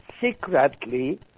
secretly